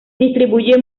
distribuye